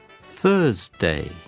thursday